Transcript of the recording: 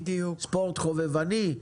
ספורט חובבני.